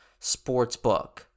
Sportsbook